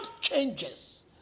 changes